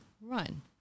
run